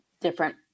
different